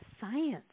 science